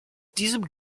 diesem